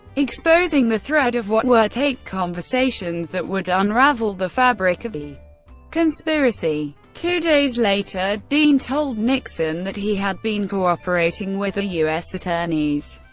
exposing the thread of what were taped conversations that would unravel the fabric of the conspiracy. two days later, dean told nixon that he had been cooperating with the u s. attorneys.